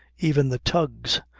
even the tugs,